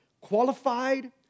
qualified